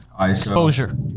exposure